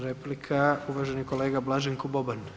Replika uvaženi kolega Blaženko Boban.